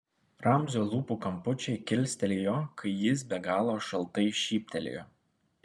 ramzio lūpų kampučiai kilstelėjo kai jis be galo šaltai šyptelėjo